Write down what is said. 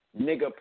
nigga